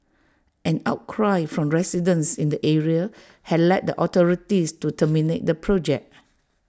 an outcry from residents in the area had led the authorities to terminate the project